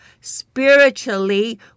spiritually